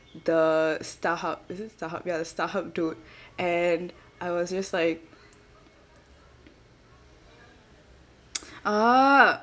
the Starhub is it Starhub ya the Starhub dude and I was just like orh